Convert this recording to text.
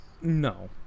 no